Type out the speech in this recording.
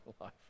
life